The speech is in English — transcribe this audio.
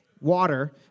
Water